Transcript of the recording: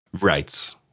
right